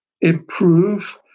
improve